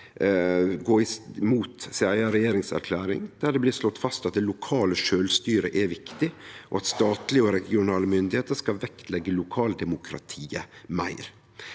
gå imot regjeringserklæringa, der det blir slått fast at det lokale sjølvstyret er viktig, og at statlege og regionale myndigheiter skal vektleggje lokaldemokratiet meir.